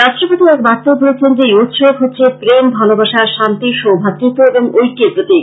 রাট্টপতি এক বার্তায় বলেছেন যে এই উৎসব হচ্ছে প্রেম ভালবাসা শান্তি সৌভাতৃত্ব এবং ঐক্যের প্রতীক